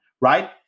right